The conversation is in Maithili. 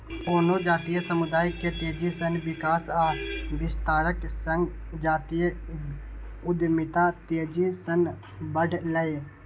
कोनो जातीय समुदाय के तेजी सं विकास आ विस्तारक संग जातीय उद्यमिता तेजी सं बढ़लैए